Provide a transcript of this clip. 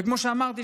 וכמו שאמרת,